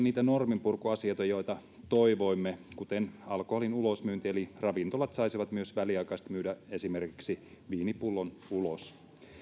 niitä norminpurkuasioita joita toivoimme kuten alkoholin ulosmyyntiä eli ravintolat saisivat myös väliaikaisesti myydä esimerkiksi viinipullon ulos